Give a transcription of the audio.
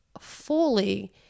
fully